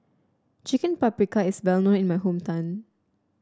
Chicken Paprikas is well known in my hometown